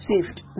saved